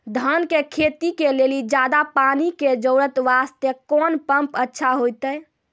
धान के खेती के लेली ज्यादा पानी के जरूरत वास्ते कोंन पम्प अच्छा होइते?